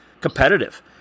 competitive